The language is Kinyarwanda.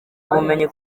ubumenyi